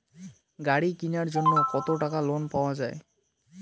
গাড়ি কিনার জন্যে কতো টাকা লোন পাওয়া য়ায়?